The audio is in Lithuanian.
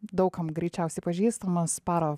daug kam greičiausiai pažįstamas paro